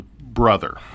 brother